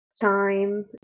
time